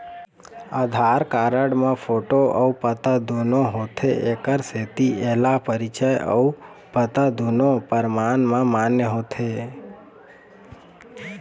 आधार card म photo अउ पता दुनो होथे एखर सेती एला परिचय अउ पता दुनो परमान म मान्य होथे